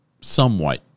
somewhat